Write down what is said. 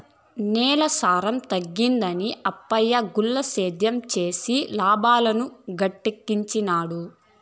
నేలల సారం తగ్గినాదని ఆయప్ప గుల్ల సేద్యం చేసి లాబాలు గడించినాడు